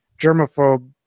germaphobe